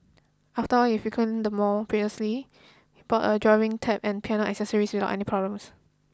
after all he frequented the mall previously and bought a drawing tab and piano accessories without any problems